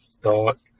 thought